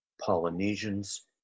Polynesians